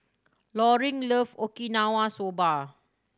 Loring love Okinawa Soba